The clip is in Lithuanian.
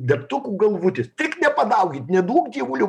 degtukų galvutės tik nepadaugint neduok dievuliau